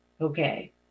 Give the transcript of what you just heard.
Okay